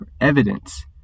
evidence